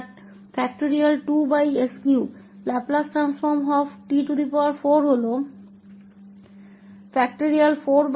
s5है और Laplace transform t6 का जो फैक्टोरियल 6